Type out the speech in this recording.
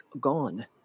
gone